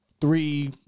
Three